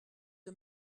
que